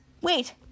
wait